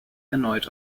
erneut